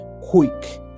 quick